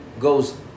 goes